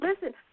listen